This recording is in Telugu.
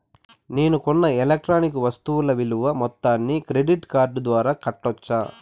నేను కొన్న ఎలక్ట్రానిక్ వస్తువుల విలువ మొత్తాన్ని క్రెడిట్ కార్డు ద్వారా కట్టొచ్చా?